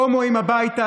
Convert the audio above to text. הומואים הביתה.